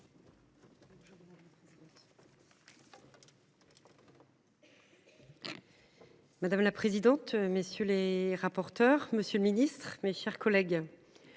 Madame la présidente. Messieurs les rapporteurs. Monsieur le Ministre, mes chers collègues.